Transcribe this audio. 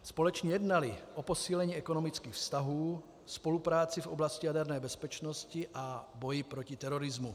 Společně jednali o posílení ekonomických vztahů, spolupráci v oblasti jaderné bezpečnosti a boji proti terorismu.